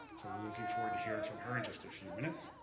so really looking forward to hearing from her and just a few minutes.